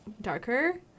darker